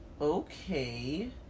okay